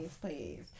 please